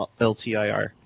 LTIR